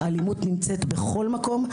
האלימות נמצא בכל מקום.